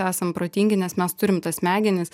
esam protingi nes mes turim tas smegenis